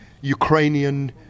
Ukrainian